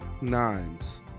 nines